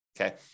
Okay